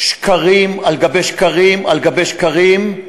שקרים על-גבי שקרים על-גבי שקרים,